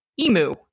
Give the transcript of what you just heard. emu